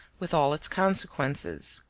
with all its consequences.